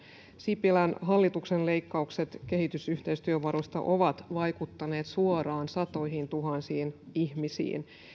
sipilän hallituksen leikkaukset kehitysyhteistyövaroista ovat vaikuttaneet suoraan satoihintuhansiin ihmisiin